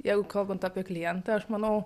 jeigu kalbant apie klientą aš manau